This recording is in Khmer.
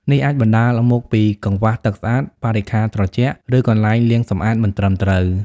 នេះអាចបណ្តាលមកពីកង្វះទឹកស្អាត បរិក្ខារត្រជាក់ ឬកន្លែងលាងសម្អាតមិនត្រឹមត្រូវ ។